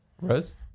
Rose